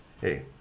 hey